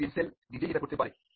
IPM cell নিজেই এটি করতে পারে